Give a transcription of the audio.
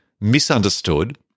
misunderstood